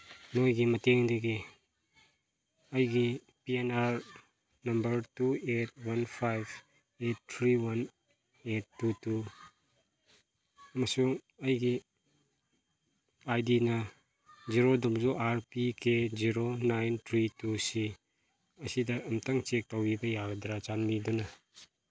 ꯅꯣꯏꯒꯤ ꯃꯇꯦꯡꯗꯒꯤ ꯑꯩꯒꯤ P N R number two eight one five eight three one eight two two ꯑꯃꯁꯨꯡ ꯑꯩꯒꯤ ꯑꯥꯏ ꯗꯤꯅ zero W R P K zero nine three two ꯁꯤ ꯑꯁꯤꯗ ꯑꯃꯨꯛꯇꯪ ꯆꯦꯛ ꯇꯧꯕꯤꯕ ꯌꯥꯒꯗ꯭ꯔꯥ ꯆꯥꯟꯕꯤꯗꯨꯅ